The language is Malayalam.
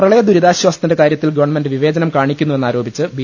പ്രളയദുരിതാശാസത്തിന്റെ കാര്യത്തിൽ ഗവൺമെന്റ് വിവേ ചനം കാണിക്കുന്നുവെന്നാരോപിച്ച് ബി